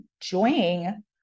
enjoying